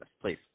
please